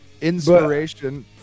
inspiration